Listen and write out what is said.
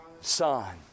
Son